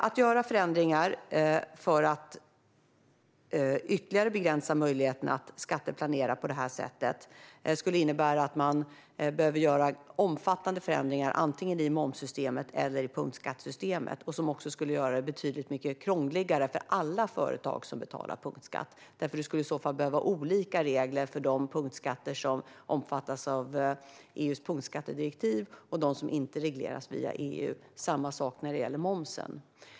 Att göra förändringar för att ytterligare begränsa möjligheten att skatteplanera på det här sättet skulle innebära att man behöver göra omfattande förändringar antingen i momssystemet eller i punktskattesystemet. Det skulle också göra det betydligt krångligare för alla företag som betalar punktskatt, för det skulle i så fall behövas olika regler för de punktskatter som omfattas av EU:s punktskattedirektiv och för de punktskatter som inte regleras via EU. Det är samma sak när det gäller momsen.